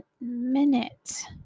minute